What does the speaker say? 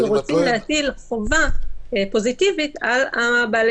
אנחנו רוצים להטיל חובה פוזיטיבית על בעלי